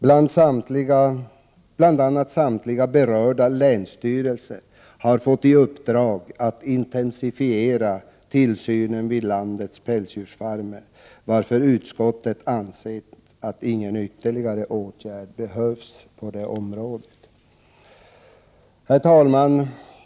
Bl.a. samtliga berörda länsstyrelser har fått i uppdrag att intensifiera tillsynen vid landets pälsdjursfarmer, varför utskottet ansett att ingen ytterligare åtgärd behövs på detta område. Herr talman!